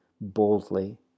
boldly